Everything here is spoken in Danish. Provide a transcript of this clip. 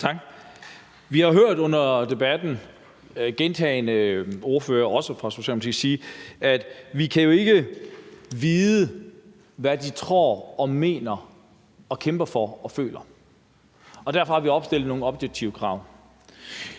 Vi har jo under debatten gentagne gange hørt ordførere, også fra Socialdemokratiet, sige, at vi jo ikke kan vide, hvad de tror, mener, kæmper for og føler, og derfor har vi opstillet nogle objektive krav.